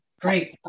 Great